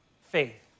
faith